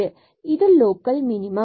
எனவே இது local minimum